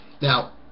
Now